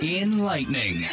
Enlightening